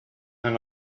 and